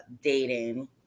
dating